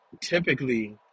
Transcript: typically